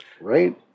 Right